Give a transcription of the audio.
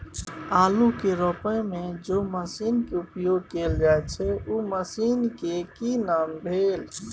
आलू के रोपय में जे मसीन के उपयोग कैल जाय छै उ मसीन के की नाम भेल?